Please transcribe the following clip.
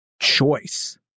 choice